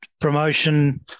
promotion